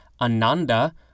ananda